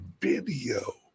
video